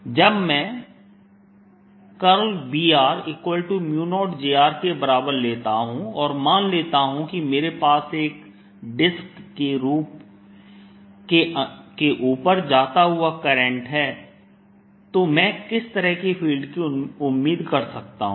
B0I2πs जब मैं B0j के बराबर लेता हूं और मान लेता हूं कि मेरे पास एक डिस्क के ऊपर जाता हुआ करंट है तो मैं किस तरह के फील्ड की उम्मीद कर सकता हूं